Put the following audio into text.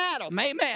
amen